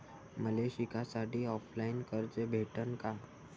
मले शिकासाठी ऑफलाईन कर्ज भेटन का?